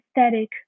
aesthetic